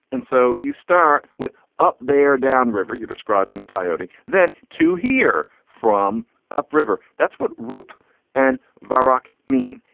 and so you start with up there, down river, you're describing the coyote. then to hear from upriver. that's what roope and varrick mean.